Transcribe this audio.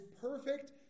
perfect